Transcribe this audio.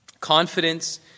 confidence